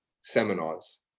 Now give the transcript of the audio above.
seminars